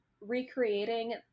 recreating